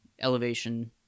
Elevation